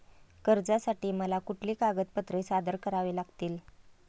कर्जासाठी मला कुठली कागदपत्रे सादर करावी लागतील?